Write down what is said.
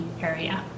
area